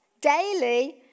daily